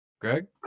Greg